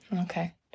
okay